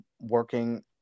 working